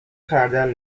خردل